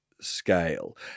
scale